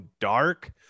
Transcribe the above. dark